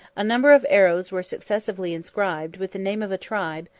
a number of arrows were successively inscribed with the name of a tribe,